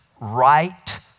right